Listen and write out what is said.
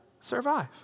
survive